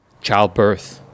childbirth